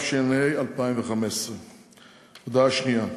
התשע"ה 2015. הודעה שנייה: